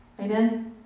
Amen